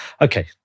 Okay